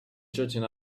jetting